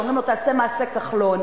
שאומרים לו: תעשה מעשה כחלון.